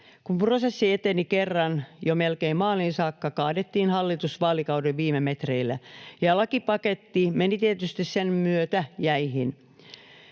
Kun prosessi eteni kerran jo melkein maaliin saakka, kaadettiin hallitus vaalikauden viime metreillä, ja lakipaketti meni tietysti sen myötä jäihin.